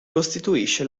costituisce